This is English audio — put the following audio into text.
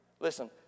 Listen